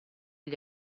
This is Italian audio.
gli